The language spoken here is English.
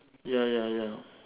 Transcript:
ya ya ya